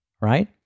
right